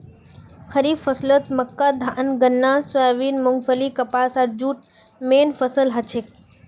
खड़ीफ फसलत मक्का धान गन्ना सोयाबीन मूंगफली कपास आर जूट मेन फसल हछेक